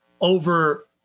over